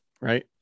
right